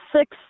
six